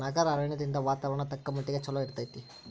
ನಗರ ಅರಣ್ಯದಿಂದ ವಾತಾವರಣ ತಕ್ಕಮಟ್ಟಿಗೆ ಚಲೋ ಇರ್ತೈತಿ